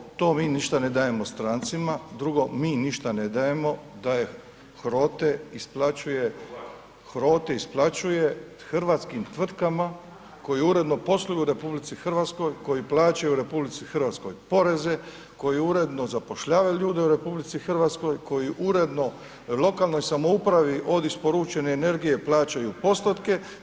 Prvo to mi ništa ne dajemo strancima, drugo mi ništa ne dajemo, taj HROTE isplaćuje, HROTE isplaćuje hrvatskim tvrtkama koje uredno posluju u RH, koje plaćaju u RH poreze, koji uredno zapošljavaju ljude u RH, koji uredno lokalnoj samoupravi od isporučene energije plaćaju postotke.